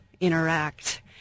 interact